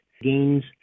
gains